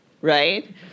right